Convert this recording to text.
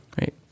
right